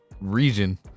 region